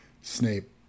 Snape